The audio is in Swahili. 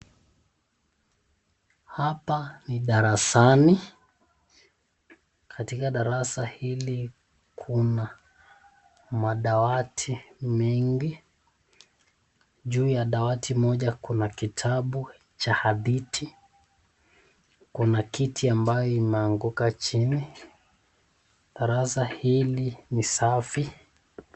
Hapa ni darasani, katika darasa hili kuna madawati mengi. Juu ya dawati moja kuna kitabu cha hadithi, kuna kiti ambayo kimeanguka chini. Darasa hili ni safi.